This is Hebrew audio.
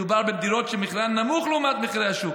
מדובר בדירות שמחירן נמוך לעומת מחירי השוק,